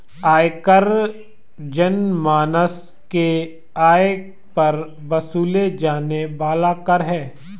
आयकर जनमानस के आय पर वसूले जाने वाला कर है